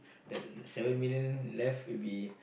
then then seven million left will be